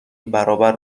برابر